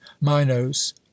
minos